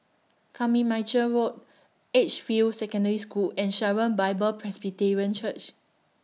Carmichael Road Edgefield Secondary School and Sharon Bible Presbyterian Church